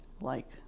Like-